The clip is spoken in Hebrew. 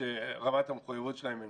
שרמת המחויבות שלהן היא